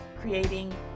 creating